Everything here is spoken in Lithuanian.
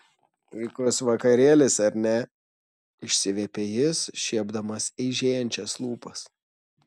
puikus vakarėlis ar ne išsiviepė jis šiepdamas eižėjančias lūpas